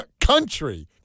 country